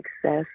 success